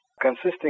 consisting